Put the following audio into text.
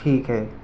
ٹھیک ہے